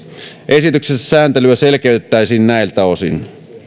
esityksessä sääntelyä selkeytettäisiin näiltä osin ehdotetussa